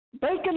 bacon